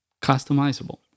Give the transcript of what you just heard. Customizable